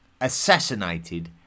assassinated